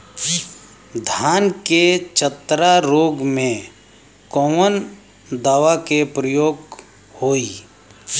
धान के चतरा रोग में कवन दवा के प्रयोग होई?